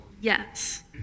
Yes